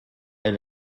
est